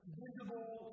visible